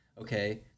okay